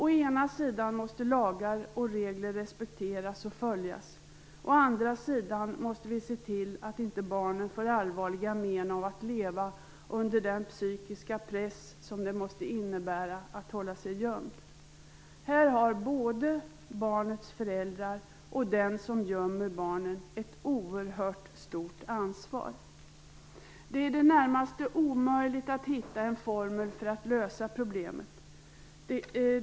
Å ena sidan måste lagar och regler respekteras och följas, å andra sidan måste vi se till att inte barnen får allvarliga men av att leva under den psykiska press som det måste innebära att hålla sig gömd. Här tar både barnets föräldrar och den som gömmer barnen ett oerhört stort ansvar. Det är i det närmaste omöjligt att hitta en formel för att lösa problemet.